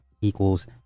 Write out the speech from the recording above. equals